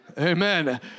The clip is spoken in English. Amen